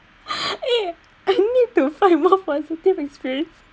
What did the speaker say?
eh I need to find more positive experience